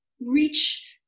reach